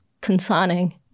concerning